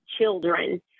children